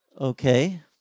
Okay